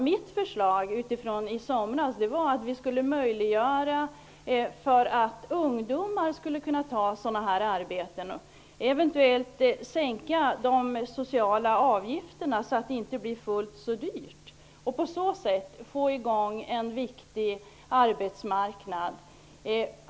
Mitt förslag i somras var att vi skulle göra det möjligt för ungdomar att ta sådana arbeten och eventuellt sänka de sociala avgifterna så att det inte blir fullt så dyrt och på så sätt få i gång en viktig arbetsmarknad.